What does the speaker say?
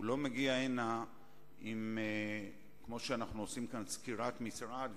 הוא לא מגיע הנה כמו כשאנו עושים כאן סקירת משרד,